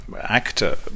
actor